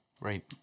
Right